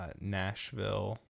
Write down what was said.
Nashville